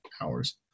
hours